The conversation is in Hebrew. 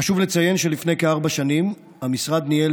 חשוב לציין שלפני כארבע שנים המשרד ניהל